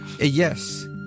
Yes